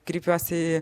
kreipiuosi į